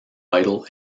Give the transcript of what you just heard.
vital